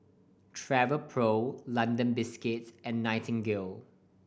Travelpro London Biscuits and Nightingale